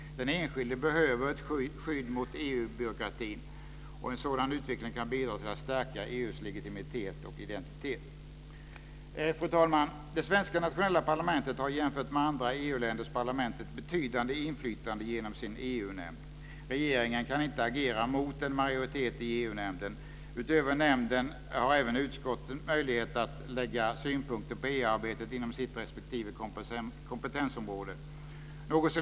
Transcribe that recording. Den enskilde behöver ett skydd mot EU-byråkratin. En sådan utveckling kan bidra till att stärka EU:s legitimitet och identitet. Fru talman! Det svenska nationella parlamentet har jämfört med andra EU-länders parlament ett betydande inflytande genom sin EU-nämnd. Regeringen kan inte agera mot en majoritet i EU-nämnden. Utöver nämnden har även utskotten möjligheter att anlägga synpunkter på EU-arbetet inom sitt respektive kompetensområde.